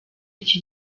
iki